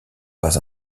pas